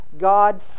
God